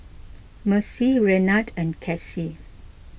Macie Renard and Casie